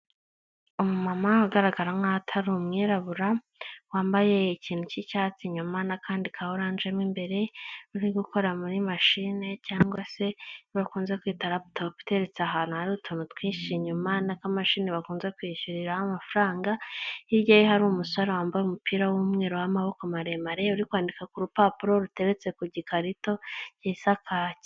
Umu mama ugaragara nkaho atari umwirabura, wambaye ikintu cy'icyatsi inyuma, n'akandi ka oranje mo imbere, uri gukora muri mashine, cyangwa se iyo bakunze kwita laptop, iteretse ahantu hari utuntu twinshi inyuma, n'akamashini bakunze kwishyuriraho amafaranga, hirya ye hari umusore wambaye umupira w'umweru, w'amaboko maremare, uri kwandika ku rupapuro, ruteretse ku gikarito gisa kacye.